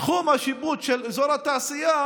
תחום השיפוט של אזור התעשייה